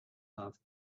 after